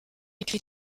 écrit